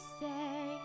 say